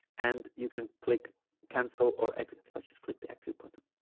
and you can click cancel or exit let's just click the exit button